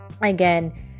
again